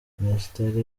minisiteri